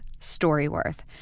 StoryWorth